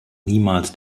niemals